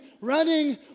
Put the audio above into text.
running